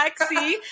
Lexi